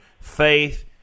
faith